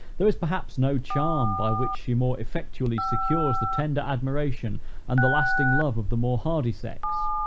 there is, perhaps, no charm by which she more effectually secures the tender admiration and the lasting love, of the more hardy sex,